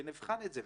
ונבחן את זה,